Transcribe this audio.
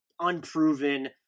unproven